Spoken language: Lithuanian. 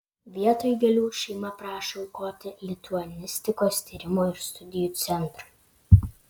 vietoj gėlių šeima prašo aukoti lituanistikos tyrimo ir studijų centrui